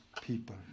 people